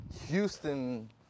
Houston